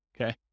okay